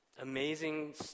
Amazing